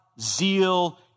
zeal